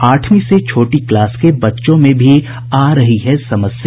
आठवीं से छोटी क्लास के बच्चों में भी आ रही समस्या